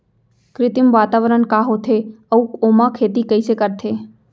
कृत्रिम वातावरण का होथे, अऊ ओमा खेती कइसे करथे?